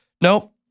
Nope